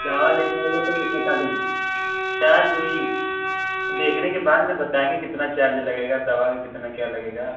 दवा लेने आइए तो बता देंगे चार्ज वही देखने के बाद ना बताएँगे कितना चार्ज लगेगा दवा में कितना क्या लगेगा